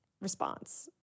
response